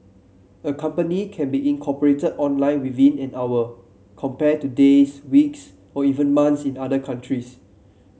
a company can be incorporated online within an hour compared to days weeks or even months in other countries